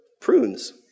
prunes